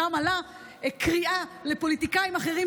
שם עלתה קריאה לפוליטיקאים אחרים,